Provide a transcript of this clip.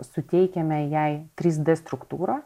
suteikiame jai trys d struktūrą